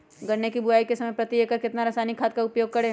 गन्ने की बुवाई के समय प्रति एकड़ कितना रासायनिक खाद का उपयोग करें?